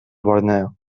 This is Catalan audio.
borneo